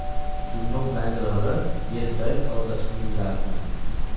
दुन्नो बैंक रहलन Yes bank अउर लक्ष्मी विलास बैंक